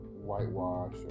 whitewash